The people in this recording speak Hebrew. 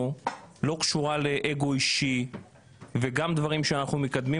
לא קשורה לאגו אישי וגם דברים שאנחנו מקדמים,